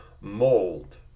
mold